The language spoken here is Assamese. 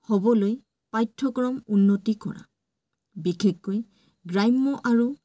হ'বলৈ পাঠ্যক্ৰম উন্নতি কৰা বিশেষকৈ গ্ৰাম্য আৰু